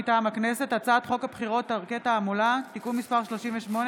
מטעם הכנסת: הצעת חוק הבחירות (דרכי תעמולה) (תיקון מס' 38),